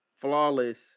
Flawless